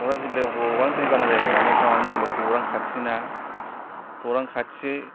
क'क्राझार जिल्लायाव गोबां दै बाना जायो मानो होनबा गौरां खाथिना गौरां खाथि